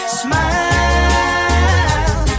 smile